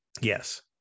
Yes